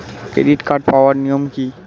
Credit card পাওয়ার নিয়ম কী?